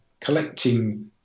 Collecting